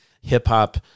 hip-hop